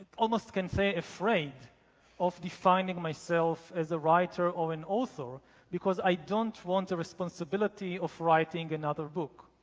almost can say afraid of defining myself as a writer or an author because i don't want the responsibility of writing another book.